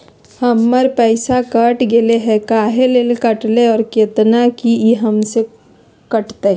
हमर पैसा कट गेलै हैं, काहे ले काटले है और कितना, की ई हमेसा कटतय?